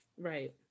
right